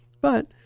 But-